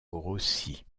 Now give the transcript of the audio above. grossi